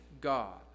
God